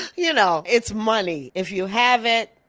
you know it's money. if you have it,